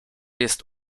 jest